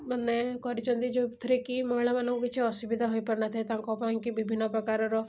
ମାନେ କରିଛନ୍ତି ଯେଉଁଥିରେକି ମହିଳାମାନକୁ କିଛି ଅସୁବିଧା ହୋଇପାରି ନଥାଏ ତାଙ୍କ ପାଇଁକି ବିଭିନ୍ନପ୍ରକାରର